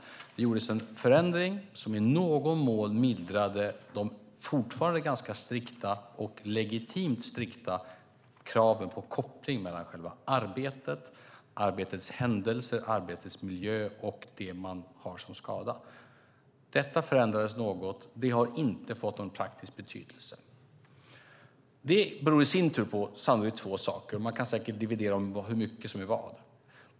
Det gjordes en förändring som i någon mån mildrade de fortfarande ganska strikta - och legitimt strikta - kraven på koppling mellan själva arbetet, arbetets händelser, arbetets miljö och själva skadan. Detta förändrades något, men det har inte fått någon praktisk betydelse. Det beror i sin tur sannolikt på två saker. Man kan säkert dividera om hur mycket som är vad.